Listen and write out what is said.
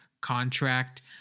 contract